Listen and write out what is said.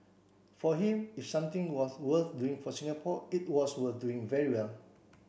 for him if something was worth doing for Singapore it was worth doing very well